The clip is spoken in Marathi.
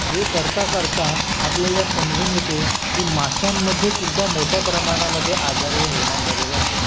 हे करता करता आपल्याला समजून येते की माशांमध्ये सुद्धा मोठ्या प्रमाणामध्ये आजार हे निर्माण झालेले आहेत